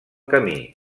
camí